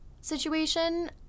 situation